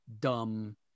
dumb